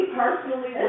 personally